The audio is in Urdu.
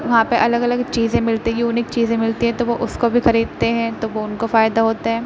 وہاں پہ الگ الگ چیزیں ملتی یونیک چیزیں ملتی ہیں تو وہ اس کو بھی خریدتے ہیں تو وہ ان کو فائدہ ہوتا ہے